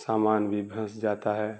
سامان بھی بھنس جاتا ہے